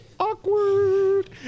Awkward